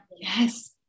Yes